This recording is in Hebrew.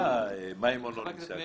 עומר, למה מימון מהחינוך לא נמצא כאן?